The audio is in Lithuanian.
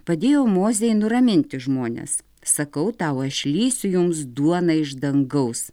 padėjo mozei nuraminti žmones sakau tau aš lysiu jums duona iš dangaus